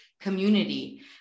community